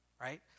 Right